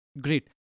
Great